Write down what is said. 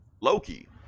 Loki